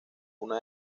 una